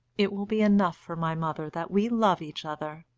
it will be enough for my mother that we love each other,